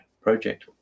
project